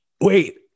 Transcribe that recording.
Wait